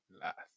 last